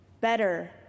better